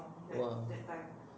!wah!